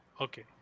okay